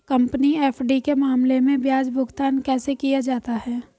Company FD के मामले में ब्याज भुगतान कैसे किया जाता है?